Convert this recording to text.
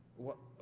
what